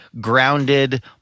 grounded